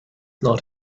not